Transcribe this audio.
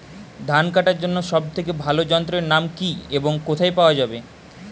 ধান কাটার জন্য সব থেকে ভালো যন্ত্রের নাম কি এবং কোথায় পাওয়া যাবে?